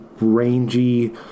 rangy